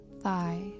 thigh